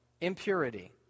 impurity